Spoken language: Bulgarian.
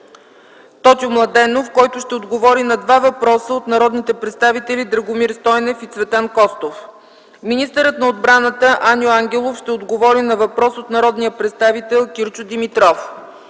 Тотю Младенов, който ще отговори на два въпроса от народните представители Драгомир Стойнев и Цветан Костов. Министърът на отбраната Аню Ангелов ще отговори на въпрос от народния представител Кирчо Димитров.